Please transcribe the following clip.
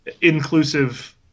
inclusive